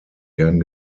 gern